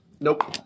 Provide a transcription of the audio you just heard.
Nope